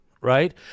right